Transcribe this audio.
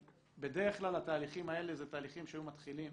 בדרך כלל התהליכים האלה אלה תהליכים שהיו מתחילים